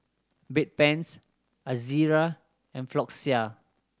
Bedpans Ezerra and Floxia